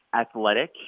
athletic